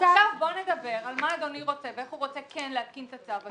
עכשיו בוא נדבר על מה אדוני רוצה ואיך הוא רוצה כן להתקין את הצו הזה.